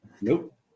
Nope